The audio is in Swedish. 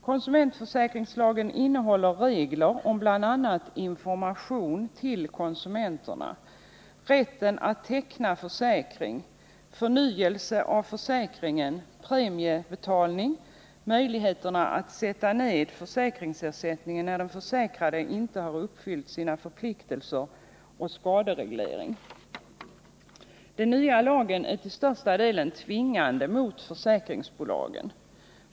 Konsumentförsäkringslagen innehåller regler om bl.a. information till konsumenterna, rätten att teckna försäkring, förnyelse av försäkringen, premiebetalning, möjligheterna att sätta ned försäkringsersättningen när den försäkrade inte har uppfyllt sina förpliktelser och om skadereglering. Den nya lagen är till största delen tvingande mot försäkringsbolagen.